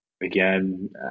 again